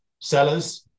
sellers